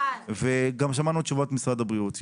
גם שמענו את תשובת משרד הבריאות.